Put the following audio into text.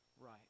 right